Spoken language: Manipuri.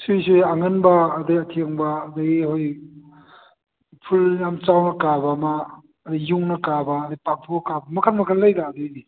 ꯁꯤꯒꯤꯁꯤ ꯑꯉꯟꯕ ꯑꯗꯩ ꯑꯊꯦꯡꯕ ꯑꯗꯒꯤ ꯑꯩꯈꯣꯏꯒꯤ ꯐꯨꯜ ꯌꯥꯝ ꯆꯥꯎꯅ ꯀꯥꯕ ꯑꯃ ꯑꯗꯩ ꯌꯨꯡꯅ ꯀꯥꯕ ꯑꯗꯩ ꯄꯥꯛꯊꯣꯛꯑ ꯀꯥꯕ ꯃꯈꯜ ꯃꯈꯜ ꯂꯩꯗ ꯑꯗꯨꯒꯤꯗꯤ